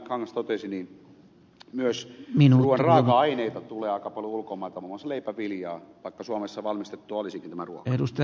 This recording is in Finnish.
kangas totesi myös ruuan raaka aineita tulee aika paljon ulkomailta muun muassa leipäviljaa vaikka suomessa valmistettua olisikin tämä ruoka